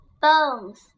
bones